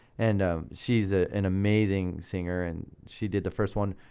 and ah she's ah an amazing singer and she did the first one,